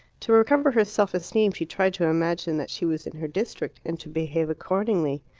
to recover her self-esteem she tried to imagine that she was in her district, and to behave accordingly.